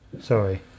sorry